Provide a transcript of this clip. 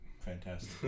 fantastic